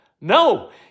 No